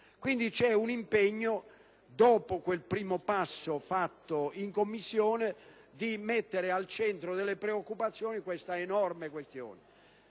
quindi un impegno, dopo il primo passo fatto in Commissione, a mettere al centro delle preoccupazioni questa enorme questione.